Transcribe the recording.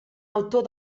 autor